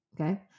Okay